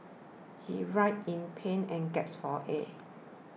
he writhed in pain and gasped for air